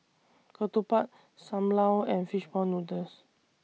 Ketupat SAM Lau and Fish Ball Noodles